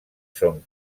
són